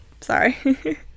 Sorry